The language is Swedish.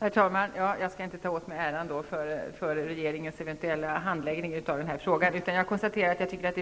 Herr talman! Ja, då skall jag inte ta åt mig äran för regeringens eventuella handläggning av den här frågan. Jag tycker att